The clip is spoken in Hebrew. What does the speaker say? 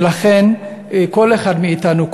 ולכן כל אחד מאתנו,